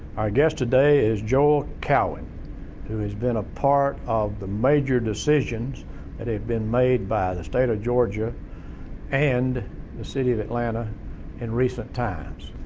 guest today is joel cowan who has been a part of the major decisions that have been made by the state of georgia and the city of atlanta in recent times.